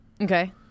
Okay